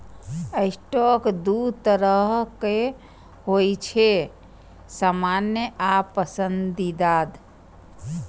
stock दू तरहक होइ छै, सामान्य आ पसंदीदा